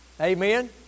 Amen